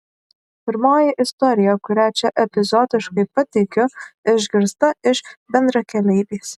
pirmoji istorija kurią čia epizodiškai pateikiu išgirsta iš bendrakeleivės